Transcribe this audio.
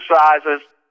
exercises